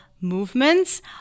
movements